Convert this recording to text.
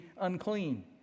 unclean